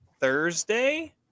Thursday